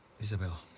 Isabel